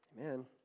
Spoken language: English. Amen